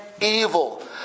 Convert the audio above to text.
evil